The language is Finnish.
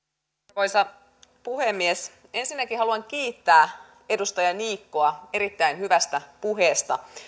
arvoisa puhemies ensinnäkin haluan kiittää edustaja niikkoa erittäin hyvästä puheesta